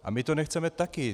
A my to nechceme také.